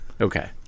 Okay